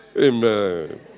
Amen